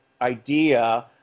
idea